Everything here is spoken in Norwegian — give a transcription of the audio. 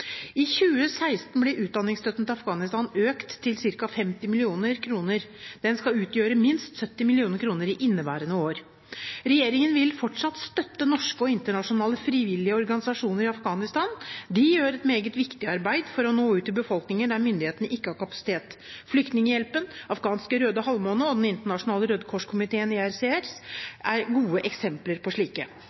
I 2016 ble utdanningsstøtten til Afghanistan økt til ca. 50 mill. kr. Den skal utgjøre minst 70 mill. kr i inneværende år. Regjeringen vil fortsatt støtte norske og internasjonale frivillige organisasjoner i Afghanistan. De gjør et meget viktig arbeid for å nå ut til befolkningen der myndighetene ikke har kapasitet. Flyktninghjelpen, Afghansk Røde Halvmåne og Den internasjonale Røde Kors-komiteen, ICRC, er gode eksempler på slike.